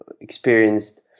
experienced